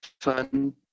fun